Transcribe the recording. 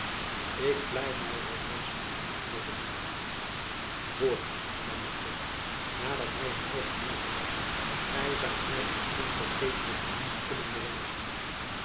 ik vlei my er althands mede antwoordde buat hoor eens hernam de prins nadat hy een wijl had nagedacht gy zoudt my een onvergelijkelijke dienst kunnen bewijzen